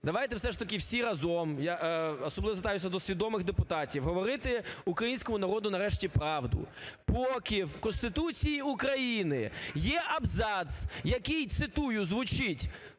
давайте все ж таки всі разом, я особливо звертаюся до свідомих депутатів, говорити українському народу нарешті правду. Поки в Конституції України є абзац, який, цитую, звучить